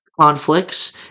conflicts